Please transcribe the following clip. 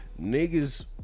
Niggas